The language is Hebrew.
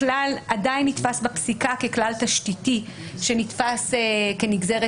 הכלל עדיין נתפס בפסיקה ככלל תשתיתי שנתפס כנגזרת